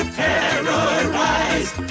terrorize